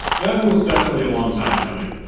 that one was definitely a long time coming.